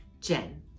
Jen